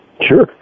Sure